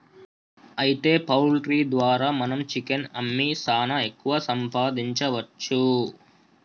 అయితే పౌల్ట్రీ ద్వారా మనం చికెన్ అమ్మి సాన ఎక్కువ సంపాదించవచ్చు